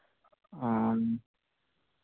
ᱚᱸᱻ